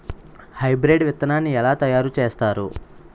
Hybrid విత్తనాన్ని ఏలా తయారు చేస్తారు?